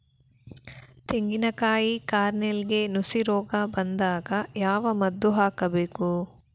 ತೆಂಗಿನ ಕಾಯಿ ಕಾರ್ನೆಲ್ಗೆ ನುಸಿ ರೋಗ ಬಂದಾಗ ಯಾವ ಮದ್ದು ಹಾಕಬೇಕು?